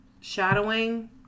shadowing